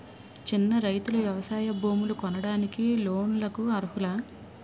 చిన్న రైతులు వ్యవసాయ భూములు కొనడానికి లోన్ లకు అర్హులా?